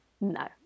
no